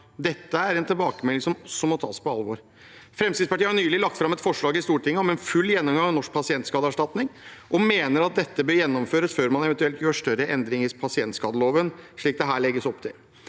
Dette er en tilbakemelding som må tas på alvor. Fremskrittspartiet har nylig lagt fram et forslag i Stortinget om en full gjennomgang av Norsk pasientskadeerstatning og mener at dette bør gjennomføres før man eventuelt gjør større endringer i pasientskadeloven, slik det her legges opp til.